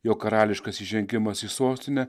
jo karališkas įžengimas į sostinę